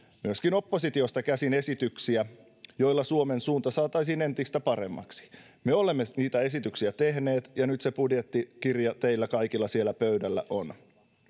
myöskin oppositiosta käsin esityksiä joilla suomen suunta saataisiin entistä paremmaksi me olemme niitä esityksiä tehneet ja nyt se budjettikirja teillä kaikilla siellä pöydällä on